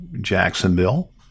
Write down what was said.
Jacksonville